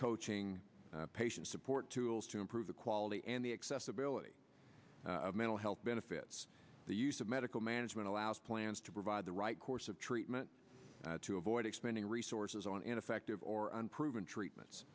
coaching patient support tools to improve the quality and the accessibility of mental health benefits the use of medical management allows plans to provide the right course of treatment to avoid expanding resources on ineffective or unproven treatments